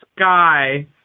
sky